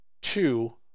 two